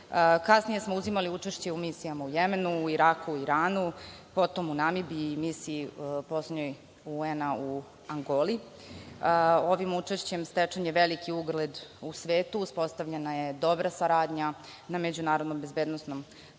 Kasnije smo uzimali učešće u misijama u Jemenu, Iraku, Iranu, potom u Namibiji i poslednjoj misiji UN u Angoli. Ovim učešćem stečen je veliki ugled u svetu, uspostavljena je dobra saradnja na međunarodnom bezbednosnom planu,